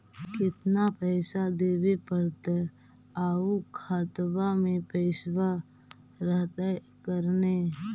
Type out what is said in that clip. केतना पैसा देबे पड़तै आउ खातबा में पैसबा रहतै करने?